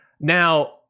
Now